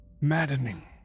maddening